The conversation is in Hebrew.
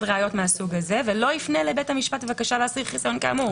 ראיות מהסוג הזה ולא יפנה לבית המשפט בבקשה להסיר חיסיון כאמור.